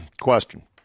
Question